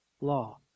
law